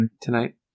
tonight